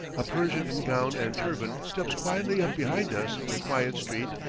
a persian in gown and turban steps quietly up behind us in a quiet street,